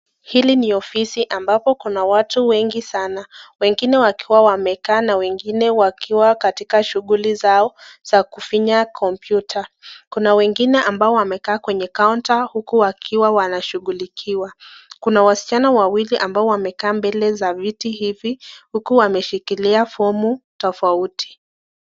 Hili ni ofisi ambapo kuna watu wengi sana . Wengine wakiwa wamekaa na wengine wakiwa katika shughuli zao za kufinya computer .Kuna wengine ambao wamekaa kwenye counter huku wakiwa wanashughulikiwa. Kuna wawili ambao wamekaa mbele za viti hivi, huku wameshikilia fomu tofauti.